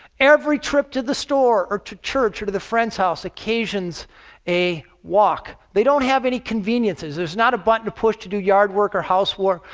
every trip to the store, or to church or to a friend's house occasions a walk. they don't have any conveniences. there is not a button to push to do yard work or house work.